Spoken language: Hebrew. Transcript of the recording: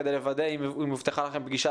כדי לוודא אם הובטחה לכם פגישה,